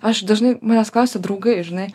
aš dažnai manęs klausia draugai žinai